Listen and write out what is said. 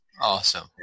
Awesome